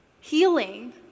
healing